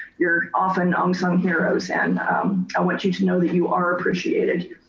you're often unsung heroes and i want you to know that you are appreciated.